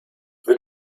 will